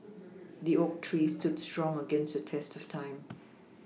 the oak tree stood strong against the test of time